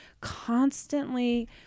constantly